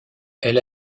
elle